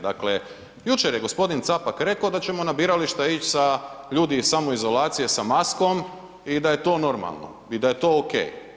Dakle, jučer je gospodin Capak rekao da ćemo na birališta ići sa, ljudi iz samoizolacije sa maskom i da je to normalno i da je to ok.